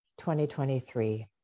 2023